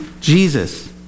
Jesus